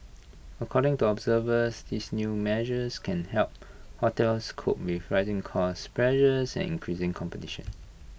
according to observers these new measures can help hotels cope with rising cost pressures and increasing competition